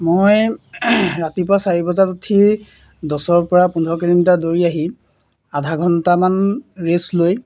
মই ৰাতিপুৱা চাৰি বজাত উঠি দহৰ পৰা পোন্ধৰ কিলোমিটাৰ দৌৰি আহি আধা ঘণ্টামান ৰেষ্ট লৈ